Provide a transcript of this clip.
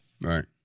Right